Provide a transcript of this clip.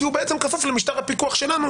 כי הוא בעצם כפוף למשטר הפיקוח שלנו,